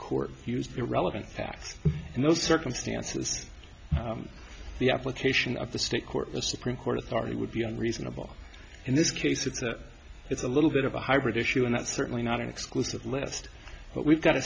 court used irrelevant path in those circumstances the application of the state court the supreme court authority would be unreasonable in this case it that it's a little bit of a hybrid issue and it's certainly not an exclusive list but we've got a